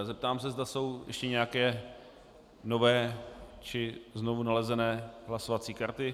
Zeptám se, zda jsou ještě nějaké nové či znovu nalezené hlasovací karty.